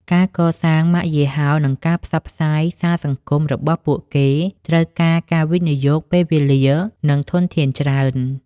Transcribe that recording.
ការកសាងម៉ាកយីហោ និងការផ្សព្វផ្សាយសារសង្គម របស់ពួកគេ ត្រូវការការវិនិយោគពេលវេលា និងធនធានច្រើន ។